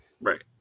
Right